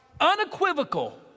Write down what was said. unequivocal